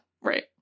right